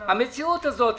המציאות הזאת,